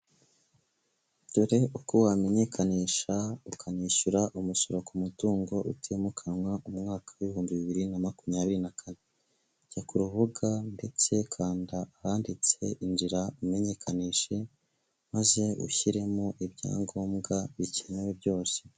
Dore uko wamenyekanisha ukanishyura umusoro ku mutungo utimukanwa, umwaka w'ibihumbi bibiri na makumyabiri na kane, jya ku rubuga ndetse kanda ahanditse inzira umenyekanishe, maze ushyiremo ibyangombwa bikenewe byose.